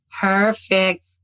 Perfect